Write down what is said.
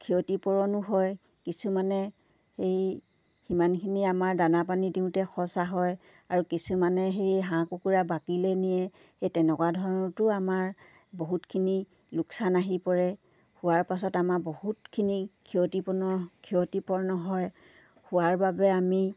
ক্ষতিপূৰণো হয় কিছুমানে সেই সিমানখিনি আমাৰ দানা পানী দিওঁতে খৰচা হয় আৰু কিছুমানে সেই হাঁহ কুকুৰা বাকীলৈ নিয়ে সেই তেনেকুৱা ধৰণতো আমাৰ বহুতখিনি লোকচান আহি পৰে হোৱাৰ পাছত আমাৰ বহুতখিনি ক্ষতিপূৰ্ণ ক্ষতিপূৰ্ণ হয় হোৱাৰ বাবে আমি